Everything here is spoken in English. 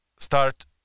start